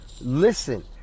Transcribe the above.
listen